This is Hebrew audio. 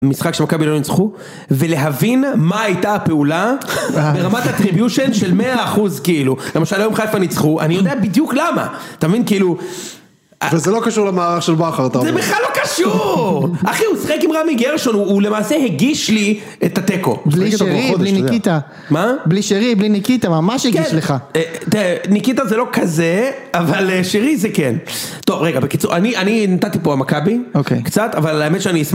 משחק שמכבי לא ניצחו ולהבין מה הייתה הפעולה ברמת הטריביושן של 100% כאילו למשל היום חיפה ניצחו אני יודע בדיוק למה אתה מבין כאילו. אבל זה לא קשור למערך של בכר אתה אומר זה בכלל לא קשור אחי הוא שיחק עם רמי גרשון הוא למעשה הגיש לי את התיקו בלי שירי בלי ניקיטה מה בלי שירי בלי ניקיטה ממש הגיש לך ניקיטה זה לא כזה אבל שירי זה כן טוב רגע בקיצור אני נתתי פה המכבי קצת אבל האמת שאני אשמח.